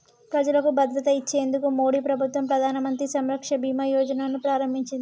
ప్రజలకు భద్రత ఇచ్చేందుకు మోడీ ప్రభుత్వం ప్రధానమంత్రి సురక్ష బీమా యోజన ను ప్రారంభించింది